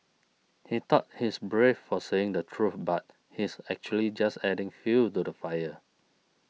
he thought he is brave for saying the truth but he is actually just adding fuel to the fire